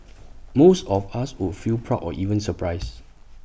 most of us would feel proud or even surprised